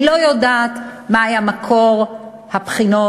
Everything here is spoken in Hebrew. אני לא יודעת מה היה מקור הבחינות.